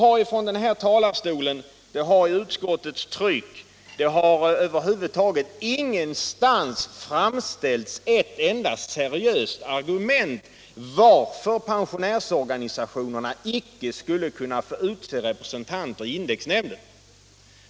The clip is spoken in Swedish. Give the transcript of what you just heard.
Inte från denna talarstol, inte i trycket från utskottet, över huvud taget ingenstans har det framställts ett enda seriöst argument för varför pensionärsorganisationerna inte skulle kunna få utse representanter i indexnämnden.